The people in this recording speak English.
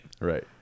Right